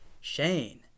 Shane